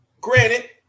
Granted